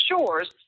shores